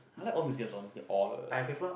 I like all museum honestly all